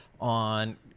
on